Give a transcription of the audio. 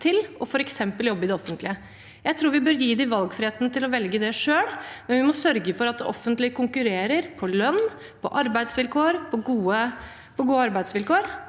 til f.eks. å jobbe i det offentlige. Jeg tror vi bør gi dem valgfriheten til å velge det selv, men vi må sørge for at det offentlige konkurrerer på lønn og gode arbeidsvilkår.